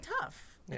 tough